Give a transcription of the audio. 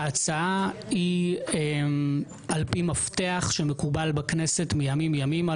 ההצעה היא על פי מפתח שמקובל בכנסת מימים ימימה.